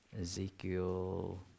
Ezekiel